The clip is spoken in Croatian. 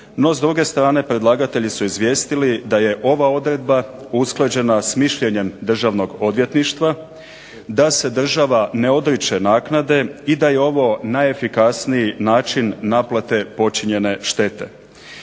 NO, s druge strane predlagatelji su izvijestili da je ova odredba usklađena s mišljenjem državnog odvjetništva da se država ne odriče naknade i da je ovo najefikasniji način naplate počinjene štete.